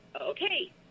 Okay